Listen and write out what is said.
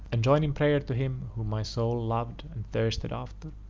and join in prayer to him whom my soul loved and thirsted after.